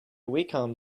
wacom